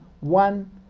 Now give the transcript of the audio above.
one